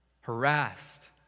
harassed